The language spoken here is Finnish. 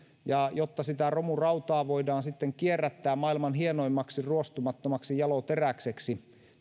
ja jotta sitä romurautaa voidaan sitten kierrättää maailman hienoimmaksi ruostumattomaksi jaloteräkseksi